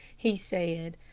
he said,